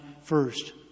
first